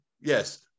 yes